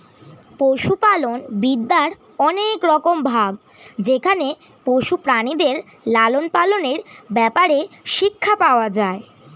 পশুপালন বিদ্যার অনেক রকম ভাগ যেখানে পশু প্রাণীদের লালন পালনের ব্যাপারে শিক্ষা পাওয়া যায়